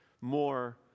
more